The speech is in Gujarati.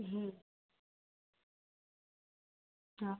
હમ હા